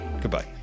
Goodbye